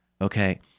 Okay